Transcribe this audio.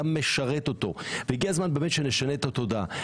אתה משרת אותו הגיע הזמן באמת שנשנה את התודעה.